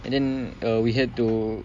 and then uh we had to